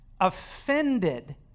offended